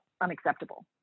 unacceptable